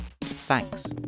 Thanks